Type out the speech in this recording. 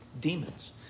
demons